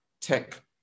tech